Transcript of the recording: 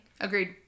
Agreed